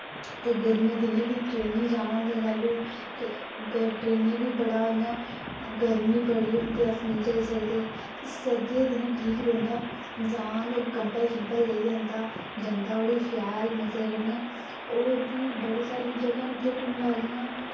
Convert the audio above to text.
ते गर्मिये दिनै बी ट्रेने जाना होंदा तैह्लूं ते ग ट्रेने बी बड़ा इ'यां गर्मी बड़ी होंदी अस नेईं जाई सकदे ते सर्दिये दिनै ठीक रौंह्दा इंसान कम्बल शम्बल लेई जंदा जंदा उठी शैल मजे करने होर बी बड़ी सारियां जगह् न उत्थै घुम्मने आह्लियां